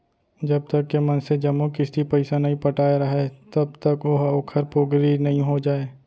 जब तक के मनसे जम्मो किस्ती पइसा नइ पटाय राहय तब तक ओहा ओखर पोगरी नइ हो जाय